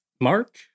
Mark